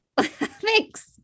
Thanks